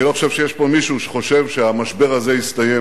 אני לא חושב שיש פה מי שחושב שהמשבר הזה הסתיים.